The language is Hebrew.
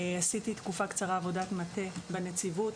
עשיתי תקופה קצרה עבודת מטה בנציבות